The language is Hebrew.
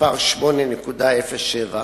חולה ועונשו הוקצב אינה